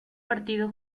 partido